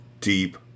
deep